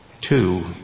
Two